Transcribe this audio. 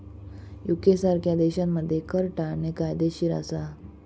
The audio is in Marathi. युके सारख्या देशांमध्ये कर टाळणे कायदेशीर असा